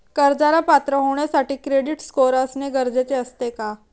कर्जाला पात्र होण्यासाठी क्रेडिट स्कोअर असणे गरजेचे असते का?